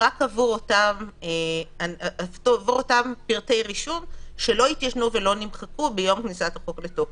רק עבור אותם פרטי רישום שלא התיישנו ולא נמחקו ביום כניסת החוק לתוקף.